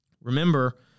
Remember